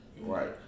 right